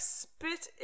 spit